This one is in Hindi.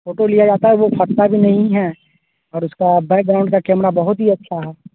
फ़ोटो लिया जाता है वह फटता भी नहीं है और उसका बैकग्राउंड का कैमरा बहुत ही अच्छा है